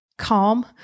calm